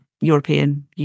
European